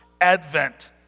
advent